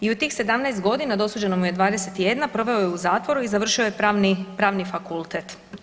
I u tih 17 godina, dosuđeno mu je 21, proveo je u zatvoru i završio Pravni fakultet.